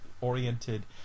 oriented